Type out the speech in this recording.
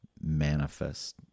manifest